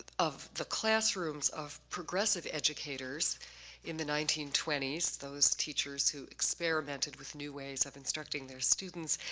of the classrooms of progressive educators in the nineteen twenty s, those teachers who experimented with new ways of instructing their students.